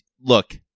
look